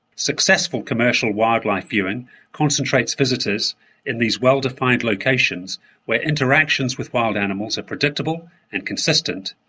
successful commercial wildlife viewing concentrates visitors in these well-defined locations where interactions with wild animals are predictable and consistent,